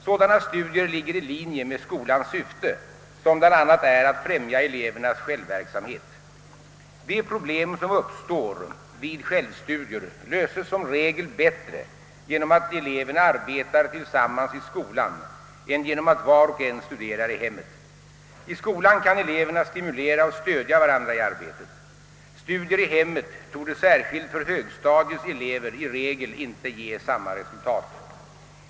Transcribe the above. Sådana studier ligger i linje med skolans syfte, som bl.a. är att främja elevernas självverksamhet. De problem som uppstår vid självstudier löses som regel bättre genom att eleverna arbetar tillsammans i skolan än genom att var och en studerar i hemmet. I skolan kan eleverna stimulera och stödja varandra i arbetet. Studier i hemmet torde särskilt för högstadiets elever i regel inte ge samma resultat.